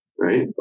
right